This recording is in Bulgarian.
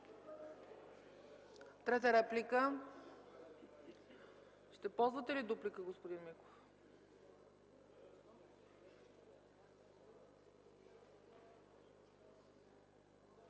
Трета реплика? Няма. Ще ползвате ли дуплика, господин Миков?